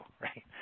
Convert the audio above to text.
right